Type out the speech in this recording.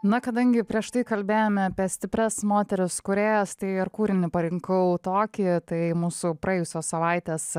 na kadangi prieš tai kalbėjome apie stiprias moteris kūrėjas tai ir kūrinį parinkau tokį tai mūsų praėjusios savaitės